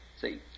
See